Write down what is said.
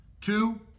Two